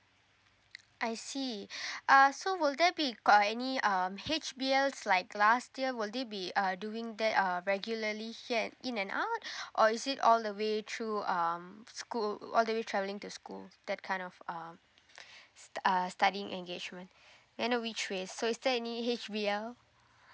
I see uh so will there be got any uh H_B_Ls like last year will they be uh doing that uh regularly here in and out or is it all the way through um school all the way travelling to school that kind of uh uh studying engagement either which way so is there any H_B_L